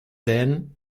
then